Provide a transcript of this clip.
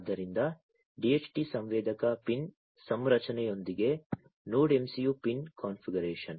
ಆದ್ದರಿಂದ DHT ಸಂವೇದಕ pin ಸಂರಚನೆಯೊಂದಿಗೆ ನೋಡ್ MCU ಪಿನ್ ಕಾನ್ಫಿಗರೇಶನ್